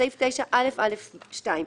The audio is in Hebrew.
בסעיף 9א(א)(2),